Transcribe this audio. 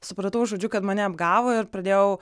supratau žodžiu kad mane apgavo ir pradėjau